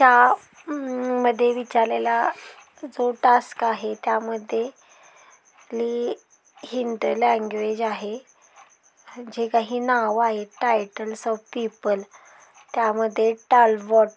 ह्या मध्ये विचारलेला जो टास्क आहे त्यामध्ये लि हिंदी लँग्वेज आहे जे काही नावं आहे टायटल्स ऑफ पीपल त्यामध्ये टालवॉट